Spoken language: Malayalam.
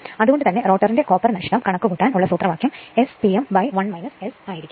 അതുകൊണ്ട് തന്നെ റോട്ടോറിന്റെ കോപ്പർ നഷ്ടം കണക്കുകൂട്ടാൻ ഉള്ള സൂത്രവാക്യം S P m1 S ആയിരിക്കും